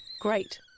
Great